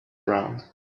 ground